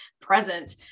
present